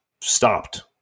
stopped